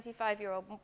25-year-old